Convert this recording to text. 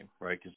right